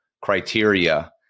criteria